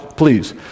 please